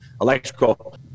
electrical